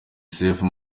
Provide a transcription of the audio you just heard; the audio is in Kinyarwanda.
sefu